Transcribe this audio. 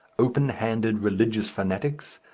open-handed religious fanatics,